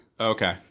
Okay